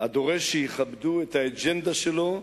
הדורש שיכבדו את האג'נדה שלו,